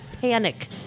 panic